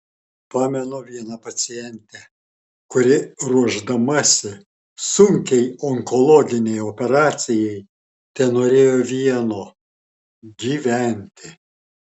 pamenu vieną pacientę kuri ruošdamasi sunkiai onkologinei operacijai tenorėjo vieno gyventi